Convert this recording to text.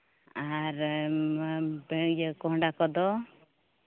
ᱟᱨ ᱠᱚᱸᱰᱦᱟ ᱠᱚᱫᱚ